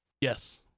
Yes